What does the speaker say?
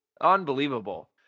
Unbelievable